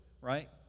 right